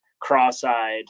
cross-eyed